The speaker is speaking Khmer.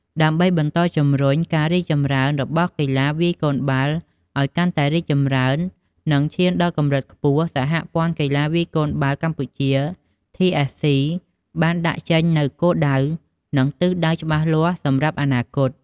ដើម្បីបន្តជំរុញការរីកចម្រើនរបស់កីឡាវាយកូនបាល់ឱ្យកាន់តែរីកចម្រើន និងឈានដល់កម្រិតខ្ពស់ សហព័ន្ធកីឡាវាយកូនបាល់កម្ពុជា TFC បានដាក់ចេញនូវគោលដៅ និងទិសដៅច្បាស់លាស់សម្រាប់អនាគត។